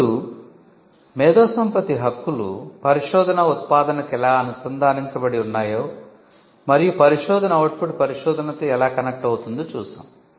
ఇప్పుడు మేధోసంపత్తి హక్కులు పరిశోధనా ఉత్పాదనకు ఎలా అనుసంధానించబడి ఉన్నాయో మరియు పరిశోధన అవుట్పుట్ పరిశోధనతో ఎలా కనెక్ట్ అవుతుందో చూశాము